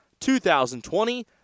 2020